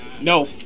No